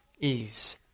ease